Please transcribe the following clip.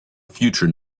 future